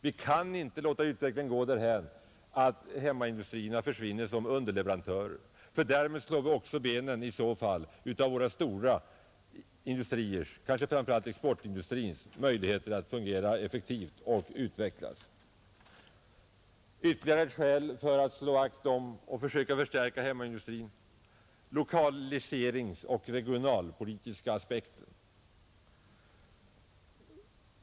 Vi kan inte låta utvecklingen gå därhän, att hemmaindustrierna försvinner som underleverantörer — i så fall slår vi också benen av våra stora industriers, framför allt våra exportindustriers, möjligheter att fungera effektivt och utvecklas. Ytterligare ett skäl för att slå vakt om och försöka stärka hemmaindustrin är den lokaliseringsoch regionalpolitiska aspekten.